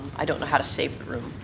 i don't know how to save the room.